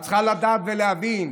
שאת צריכה לדעת ולהבין: